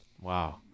wow